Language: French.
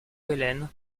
ellen